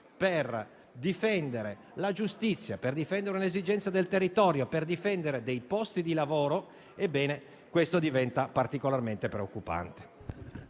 per difendere la giustizia, per difendere le esigenze del territorio o per difendere dei posti di lavoro, ebbene, questo diventa particolarmente preoccupante.